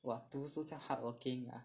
!wah! 读书这样 hardworking ah